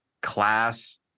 class